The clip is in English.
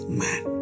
man